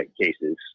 cases